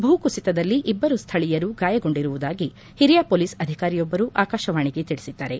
ಭೂಕುಸಿತದಲ್ಲಿ ಇಬ್ಬರು ಸ್ಥಳೀಯರು ಗಾಯೊಗೊಂಡಿರುವುದಾಗಿ ಹಿರಿಯ ಪೊಲೀಸ್ ಅಧಿಕಾರಿಯೊಬ್ಲರು ಆಕಾಶವಾಣಿಗೆ ತಿಳಿಸಿದದ್ದಾರೆ